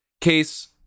Case